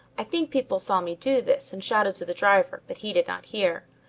i think people saw me do this and shouted to the driver, but he did not hear.